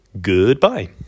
Goodbye